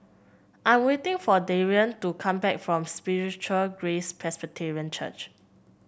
I'm waiting for Darion to come back from Spiritual Grace Presbyterian Church